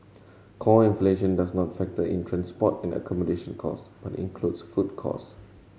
core inflation does not factor in transport and accommodation cost but includes food cost